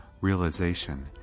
realization